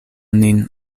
nin